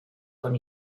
con